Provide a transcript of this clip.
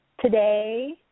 today